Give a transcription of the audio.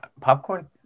popcorn